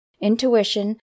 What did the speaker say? intuition